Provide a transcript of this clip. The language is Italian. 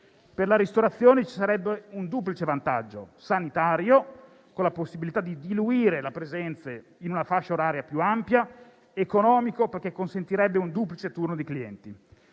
Per la ristorazione ci sarebbe un duplice vantaggio: sanitario, con la possibilità di diluire le presenze in una fascia oraria più ampia, ed economico perché consentirebbe un duplice turno di clienti.